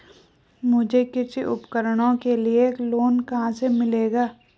मुझे कृषि उपकरणों के लिए लोन कहाँ से मिलेगा?